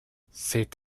c’est